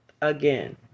Again